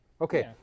Okay